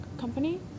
company